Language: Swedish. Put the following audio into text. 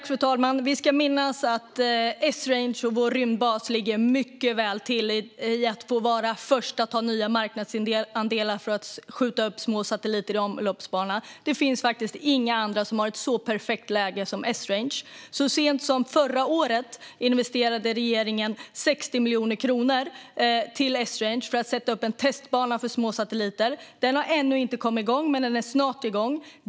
Fru talman! Vi ska minnas att Esrange och vår rymdbas ligger mycket väl till när det gäller att vara först och ta nya marknadsandelar för att skjuta upp små satelliter i omloppsbana. Det finns faktiskt inga andra som har ett så perfekt läge som Esrange. Så sent som förra året investerade regeringen 60 miljoner kronor i Esrange för att sätta upp en testbana för små satelliter. Den har ännu inte kommit igång men gör det snart.